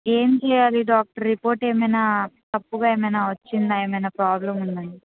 ఏం చెయ్యాలి doctor report ఏమైనా తప్పుగా ఏమైనా వచ్చిందా ఏమైనా ప్రాబ్లెమ్ ఉందా అని